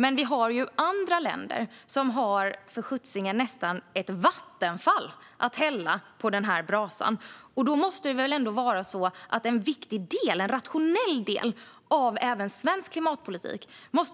Men det finns ju för sjuttsingen andra länder som har nästan ett vattenfall att hälla på brasan. Då måste väl ändå en viktig del, en rationell del, även av svensk klimatpolitik